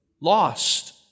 lost